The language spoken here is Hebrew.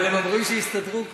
אבל הם אמרו שהסתדרו כבר.